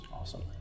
awesome